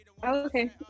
Okay